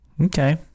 Okay